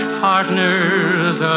partners